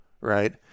right